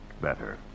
better